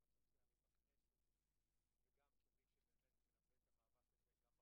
הסוציאליים בכנסת וגם כמי שמלווה את המאבק הזה,